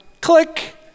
click